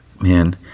man